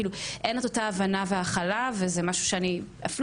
כאילו אין את אותה הבנה והכלה וזה משהו שאני אפילו